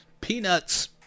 Peanuts